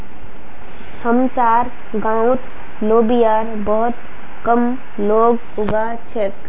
हमसार गांउत लोबिया बहुत कम लोग उगा छेक